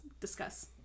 Discuss